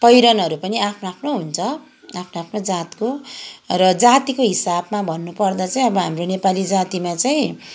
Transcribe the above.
पहिरनहरू पनि आफ्नो आफ्नो हुन्छ आफ्नो आफ्नो जातको र जातिको हिसाबमा भन्नुपर्दा चाहिँ अब हाम्रो नेपाली जातिमा चाहिँ